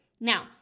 Now